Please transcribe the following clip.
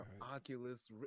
Oculus